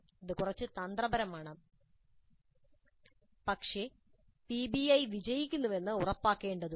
ഇത് കുറച്ച് തന്ത്രപരമാണ് പക്ഷേ പിബിഐ വിജയിക്കുന്നുവെന്ന് ഉറപ്പാക്കേണ്ടതുണ്ട്